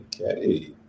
Okay